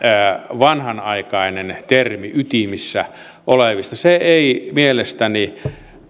vanhanaikainen termi ytimissä olevat se ei mielestäni